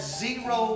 zero